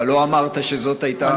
אבל לא אמרת עכשיו שזאת הייתה,